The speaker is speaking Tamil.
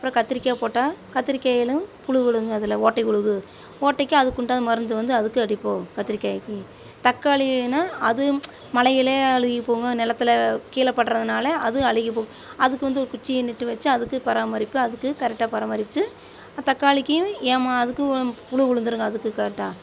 அப்புறம் கத்தரிக்காய் போட்டால் கத்தரிக்காயிலும் புழு விழுகுங்க அதில் ஓட்டை விழுகும் ஓட்டைக்கு அதுக்கு உண்டான மருந்து வந்து அதுக்கு அடிப்போம் கத்தரிக்காய்க்கு தக்காளின்னா அது மழையிலே அழுகிப்போகும் நிலத்துல கீழே படுறதுனால அதுவும் அழுகிப்போய் அதுக்கு வந்து ஒரு குச்சியை நட்டு வெச்சு அதுக்கு பராமரிப்பேன் அதுக்கு கரெக்டாக பராமரித்து தக்காளிக்கு ஏம அதுக்கும் புழு விழுந்துருங்க அதுக்கு கரெக்ட்டா